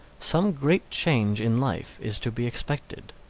some great change in life is to be expected.